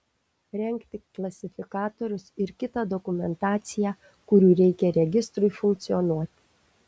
rengti klasifikatorius ir kitą dokumentaciją kurių reikia registrui funkcionuoti